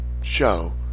show